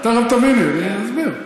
תכף תביני, אני אסביר.